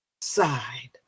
side